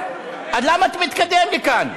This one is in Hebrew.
למה אתה מתקדם לכאן?